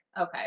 Okay